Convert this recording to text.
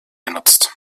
genutzt